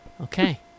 Okay